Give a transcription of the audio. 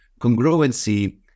congruency